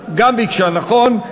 גם ביקשה, נכון?